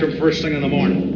the first thing in the morning